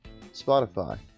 Spotify